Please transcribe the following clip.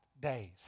days